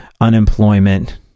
unemployment